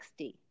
60